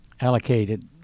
allocated